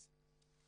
בסדר.